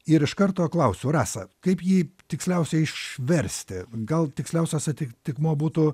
ir iš karto klausiu rasa kaip jį tiksliausiai išversti gal tiksliausias atitikmuo būtų